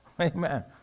Amen